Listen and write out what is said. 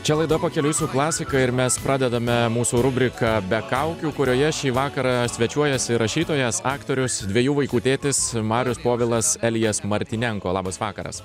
čia laida pakeliui su klasika ir mes pradedame mūsų rubriką be kaukių kurioje šį vakarą svečiuojasi rašytojas aktorius dviejų vaikų tėtis marius povilas elijas martynenko labas vakaras